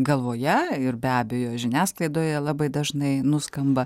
galvoje ir be abejo žiniasklaidoje labai dažnai nuskamba